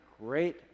great